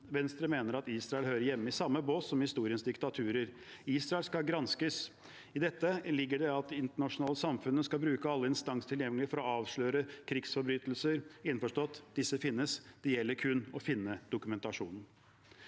Venstre mener at Israel hører hjemme i samme bås som historiens diktaturer. Israel skal granskes. I dette ligger det at det internasjonale samfunnet skal bruke alle instanser tilgjengelige for å avsløre krigsforbrytelser – innforstått at disse finnes, det gjelder kun å finne dokumentasjonen.